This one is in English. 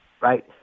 Right